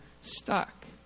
stuck